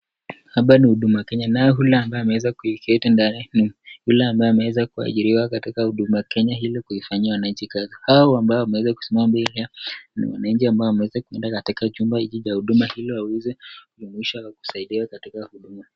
Hapa ni huduma Kenya, naye ule ambaye ameweza kuketi ndani ni yule ambaye ameweza kuajiriwa katika huduma Kenya hili kuifanyia wananchi kazi, hao ambao wameweza kusimama mbele ya wananchi ambao wameweza kuenda katika chumba hichi cha huduma hili waweze kujumuisha au kusaidiwa katika huduma.